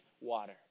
water